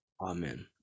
Amen